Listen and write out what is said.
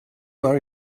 are